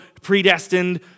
predestined